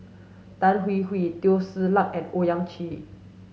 Tan Hwee Hwee Teo Ser Luck and Owyang Chi